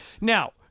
Now